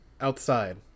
Outside